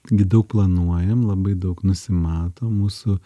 gi daug planuojam labai daug nusimatom mūsų